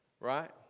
right